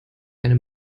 eine